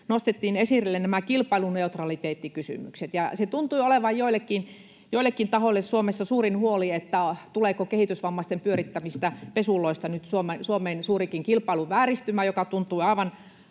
nostettiin esille nämä kilpailuneutraliteettikysymykset. Se tuntui olevan joillekin tahoille Suomessa suurin huoli, tuleeko kehitysvammaisten pyörittämistä pesuloista Suomeen suurikin kilpailuvääristymä, joka tuntui aivan